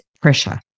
pressure